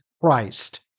Christ